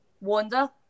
wanda